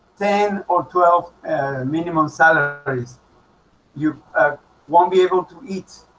ten or twelve minimum salaries you won't be able to eat